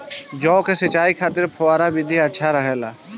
जौ के सिंचाई खातिर फव्वारा विधि अच्छा रहेला?